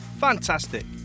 Fantastic